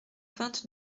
vingt